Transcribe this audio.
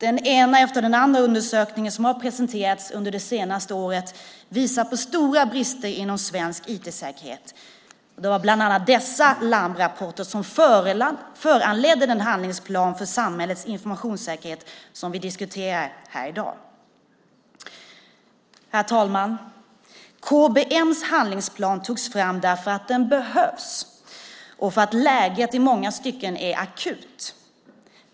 Den ena efter den andra undersökningen som har presenterats under det senaste året visar på stora brister inom svensk IT-säkerhet. Det var bland annat dessa larmrapporter som föranledde den handlingsplan för samhällets informationssäkerhet som vi diskuterar här i dag. Herr talman! KBM:s handlingsplan togs fram därför att den behövs och för att läget i många stycken är akut.